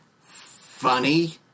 Funny